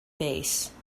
base